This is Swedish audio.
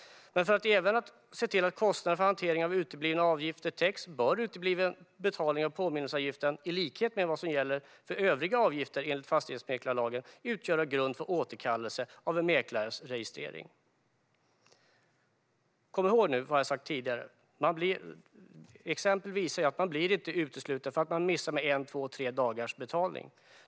För att även se till att kostnaderna för hanteringen av uteblivna avgifter täcks bör utebliven betalning av påminnelseavgiften, i likhet med vad som gäller för övriga avgifter enligt fastighetsmäklarlagen, utgöra grund för återkallelse av en mäklares registrering. Kom ihåg nu vad jag har sagt tidigare. Man blir inte utesluten därför att man missar betalningsdatum med två tre dagar.